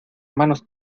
manos